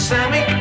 Sammy